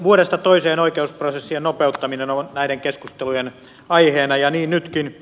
vuodesta toiseen oi keusprosessien nopeuttaminen on näiden keskustelujen aiheena ja niin nytkin